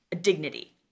dignity